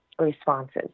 responses